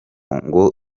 ngo